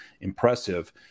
impressive